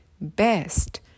best